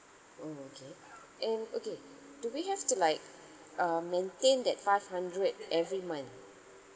oh okay and okay do we have to like um maintain that five hundred every month